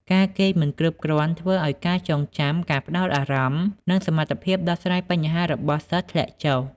ការគេងមិនគ្រប់គ្រាន់ធ្វើឱ្យការចងចាំ ការផ្តោតអារម្មណ៍ និងសមត្ថភាពដោះស្រាយបញ្ហារបស់សិស្សធ្លាក់ចុះ។